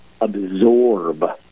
absorb